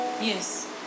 Yes